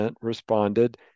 responded